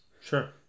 Sure